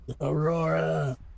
Aurora